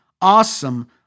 awesome